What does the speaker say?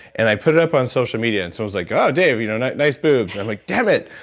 and i put it up on social media and someone's like, oh dave, you know nice nice boobs. i'm like damn it.